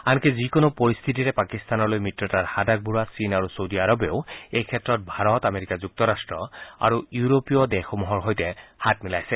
আনকি যিকোনো পৰিস্থিতিতে পাকিস্তানলৈ মিত্ৰতাৰ হাত আগবঢ়োৱা চীন আৰু চৌদি আৰৱেও এইক্ষেত্ৰত ভাৰত আমেৰিকা যুক্তৰাট্ট আৰু ইউৰোপীয় দেশসমূহৰ সৈতে হাত মিলাইছে